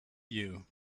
you